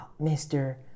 Mr